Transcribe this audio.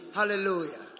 hallelujah